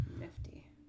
Nifty